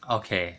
okay